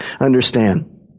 understand